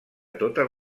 totes